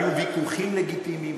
היו ויכוחים לגיטימיים,